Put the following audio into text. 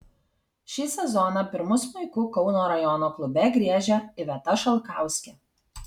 šį sezoną pirmu smuiku kauno rajono klube griežia iveta šalkauskė